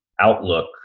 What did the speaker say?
outlook